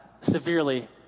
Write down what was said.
severely